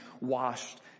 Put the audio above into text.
washed